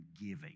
giving